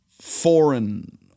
foreign